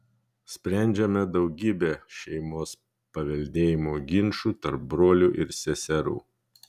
sprendžiame daugybę šeimos paveldėjimo ginčų tarp brolių ir seserų